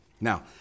Now